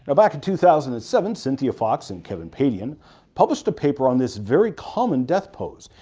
back in two thousand and seven, cynthia faux and kevin padian published a paper on this very common death pose,